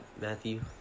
Matthew